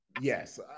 yes